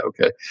okay